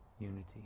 unity